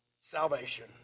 salvation